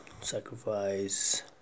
sacrifice